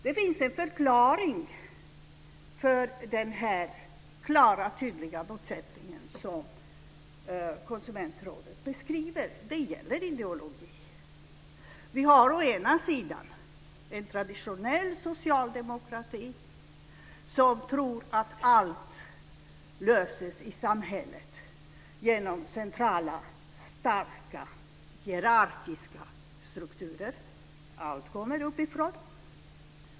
Det finns en förklaring till den här klara och tydliga motsättningen, som Konsumentrådet beskriver. Det gäller ideologi. Vi har å ena sidan en traditionell socialdemokrati som tror att allt löses i samhället genom centrala starka hierarkiska strukturer. Allt kommer uppifrån.